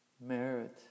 merit